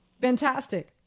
Fantastic